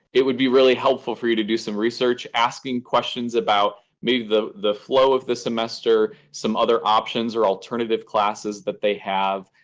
it would be really helpful for you to do some research, asking questions about maybe the the flow of the semester, some other options or alternative classes that they have.